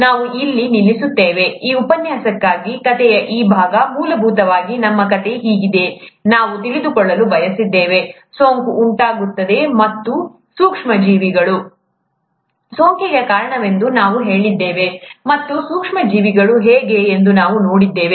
ನಾವು ಇಲ್ಲಿ ನಿಲ್ಲಿಸುತ್ತೇವೆ ಈ ಉಪನ್ಯಾಸಕ್ಕಾಗಿ ಕಥೆಯ ಈ ಭಾಗ ಮೂಲಭೂತವಾಗಿ ನಮ್ಮ ಕಥೆ ಹೀಗಿದೆ ನಾವು ತಿಳಿದುಕೊಳ್ಳಲು ಬಯಸಿದ್ದೇವೆ ಸೋಂಕು ಉಂಟಾಗುತ್ತದೆ ಮತ್ತು ನಾವು ಸೂಕ್ಷ್ಮ ಜೀವಿಗಳು ಸೋಂಕಿಗೆ ಕಾರಣವೆಂದು ನಾವು ಹೇಳಿದ್ದೇವೆ ಮತ್ತು ಸೂಕ್ಷ್ಮ ಜೀವಿಗಳು ಹೇಗೆ ಎಂದು ನಾವು ನೋಡಿದ್ದೇವೆ